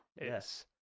Yes